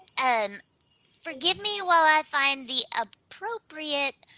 and forgive me while i find the appropriate